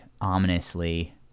ominously